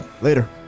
Later